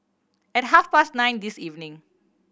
at half past nine this evening